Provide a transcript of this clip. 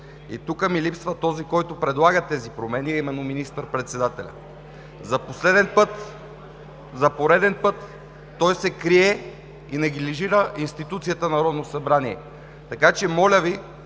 Тук ми липсва този, който предлага тези промени, а именно министър-председателят, за пореден път той се крие и неглижира институцията Народно събрание. Така че, моля Ви